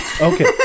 Okay